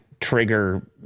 trigger